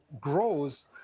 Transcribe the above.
grows